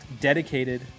dedicated